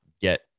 get